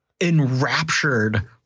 enraptured